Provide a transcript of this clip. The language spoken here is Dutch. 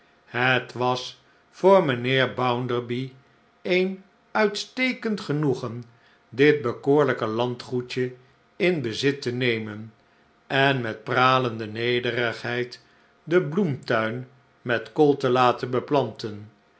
het was voor mijnheer bounderby een uitstekend genoegen dit bekoorlijke landgoedje in bezit te nemen en met pralende nederigheid den bloemtuin met kool te laten beplanten